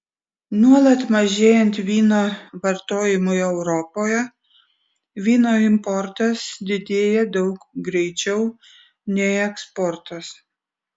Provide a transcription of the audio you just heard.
nuolat mažėjant vyno vartojimui europoje vyno importas didėja daug greičiau nei eksportas